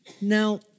Now